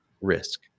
risk